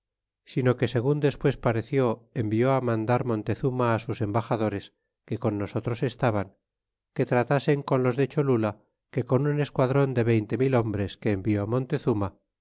sino que segun despues pareció envió mandar montezuma á sus embaxadores que con nosotros estaban que tratasen con los de cholula que con un esquadron de veinte mil hombres que envió montezuma